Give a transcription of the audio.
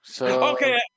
Okay